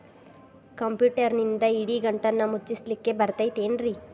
ಕಂಪ್ಯೂಟರ್ನಿಂದ್ ಇಡಿಗಂಟನ್ನ ಮುಚ್ಚಸ್ಲಿಕ್ಕೆ ಬರತೈತೇನ್ರೇ?